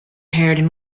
haired